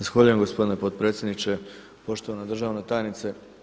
Zahvaljujem gospodine potpredsjedniče, poštovana državna tajnice.